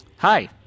Hi